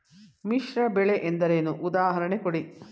ಮಿಶ್ರ ಬೆಳೆ ಎಂದರೇನು, ಉದಾಹರಣೆ ಕೊಡಿ?